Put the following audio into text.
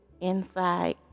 inside